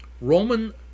Roman